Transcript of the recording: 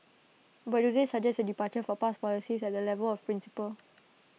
but do they suggest A departure for past policies at the level of principle